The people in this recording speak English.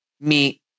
meet